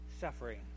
suffering